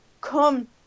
come